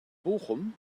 bochum